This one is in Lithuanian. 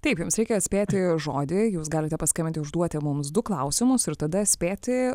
taip jums reikia atspėti žodį jūs galite paskambinti užduoti mums du klausimus ir tada spėti